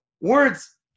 words